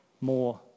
more